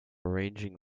arranging